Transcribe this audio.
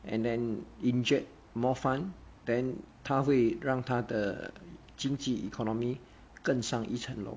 and then inject more fund then 他会让他的经济 economy 更上一层楼